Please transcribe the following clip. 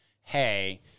hey